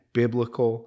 biblical